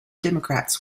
democrats